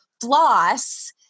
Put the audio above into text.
floss